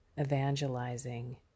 evangelizing